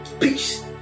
peace